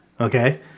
okay